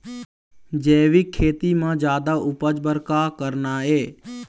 जैविक खेती म जादा उपज बर का करना ये?